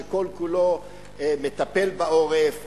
שכל-כולו מטפל בעורף,